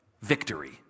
Victory